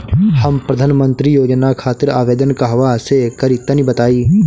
हम प्रधनमंत्री योजना खातिर आवेदन कहवा से करि तनि बताईं?